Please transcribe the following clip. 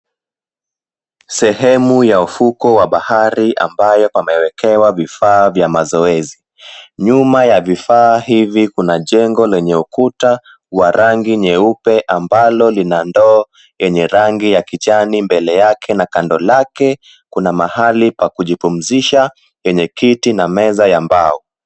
Sehemu ya ufukwe wa bahari ambayo pamewekewa vifaa vya mazoezi. Nyuma ya vifaa hivi kuna jengo lenye ukuta wa rangi nyeupe ambalo lina ndoo yenye rangi ya kijani mbele yake na kando lake kuna mahali pa kujipumzisha yenye kiti na meza ya mbao.